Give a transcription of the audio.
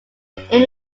even